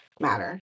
Matter